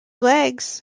legs